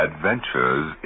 Adventures